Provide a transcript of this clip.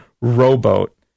rowboat